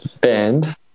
band